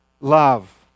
love